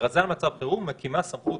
הכרזה על מצב חירום מקימה סמכות